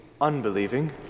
unbelieving